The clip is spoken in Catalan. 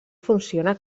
funciona